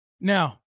Now